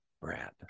Brad